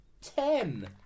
Ten